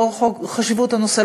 לאור חשיבות הנושא,